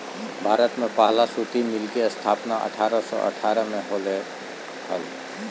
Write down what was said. भारत में पहला सूती मिल के स्थापना अठारह सौ अठारह में होले हल